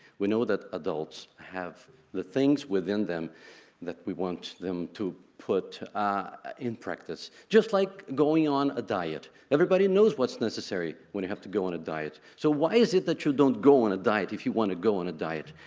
we know that adults have the things within them that we want them to put in practice just like going on a diet everybody knows what's necessary when you have to go on a diet so why is it that you don't go on a diet if you want to go on a diet?